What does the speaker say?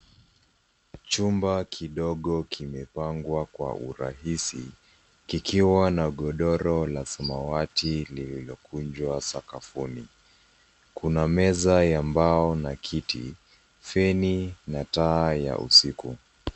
Chumba kidogo kimepangwa kwa urahisi, kikiwa na godoro la samawati lililokunjwa sakafuni. Kuna meza ya mbao na kiti , feni na taa ya usiku.